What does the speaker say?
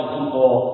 people